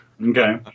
Okay